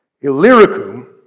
Illyricum